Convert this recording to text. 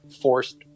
forced